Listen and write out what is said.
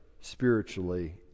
spiritually